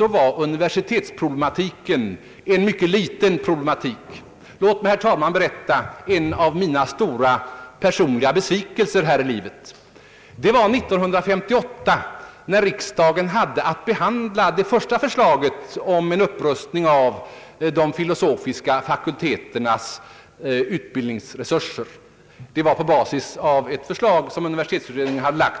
var universitetsproblematiken en mycket liten problematik. Låt mig, herr talman, berätta om en av mina stora personliga besvikelser här i livet. Det var 1958 när riksdagen hade att behandla det första förslaget om en upprustning av de filosofiska fakulteternas utbildningsresurser. Det var på basis av ett förslag som universitetsutredningen hade lagt fram.